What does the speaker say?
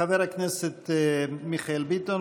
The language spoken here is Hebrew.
חבר הכנסת מיכאל ביטון,